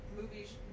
movies